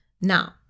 Now